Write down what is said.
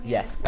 Yes